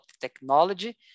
technology